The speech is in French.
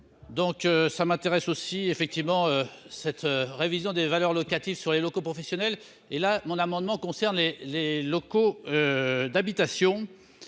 donc ça m'intéresse aussi, effectivement, cette révision des valeurs locatives sur les locaux professionnels et là mon amendement concerne et les locaux d'habitation